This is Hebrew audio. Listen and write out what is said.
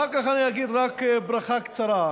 אחר כך אני אגיד רק ברכה קצרה.